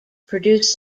produce